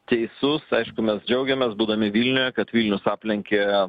teisus aišku mes džiaugiamės būdami vilniuje kad vilnius aplenkė